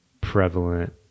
prevalent